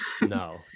no